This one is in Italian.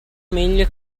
meglio